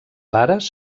pares